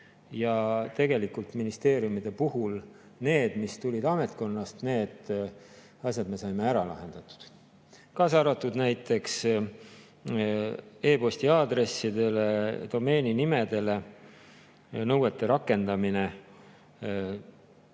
Tegelikult ministeeriumide puhul need asjad, mis tulid ametkonnast, me saime ära lahendatud, kaasa arvatud näiteks e‑posti aadressidele, domeeninimedele nõuete rakendamine,